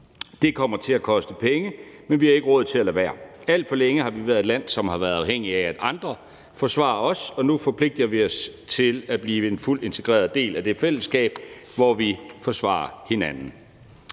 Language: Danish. Det kommer til at koste penge, men vi har ikke råd til at lade være. Alt for længe har vi været et land, som har været afhængig af, at andre forsvarer os, og nu forpligter vi os til at blive en fuldt integreret del af det selskab, hvor vi forsvarer hinanden.